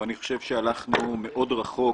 הלכנו מאוד רחוק,